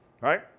right